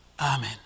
Amen